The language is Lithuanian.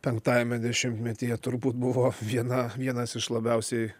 penktajame dešimtmetyje turbūt buvo viena vienas iš labiausiai